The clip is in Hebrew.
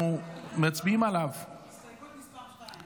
אנחנו מצביעים על ההסתייגות של קבוצת סיעת חדש-תע"ל: